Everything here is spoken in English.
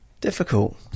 difficult